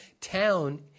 town